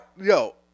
yo